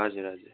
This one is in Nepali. हजुर हजुर